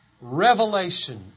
revelation